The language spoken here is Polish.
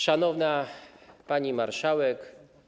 Szanowna Pani Marszałek!